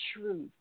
truth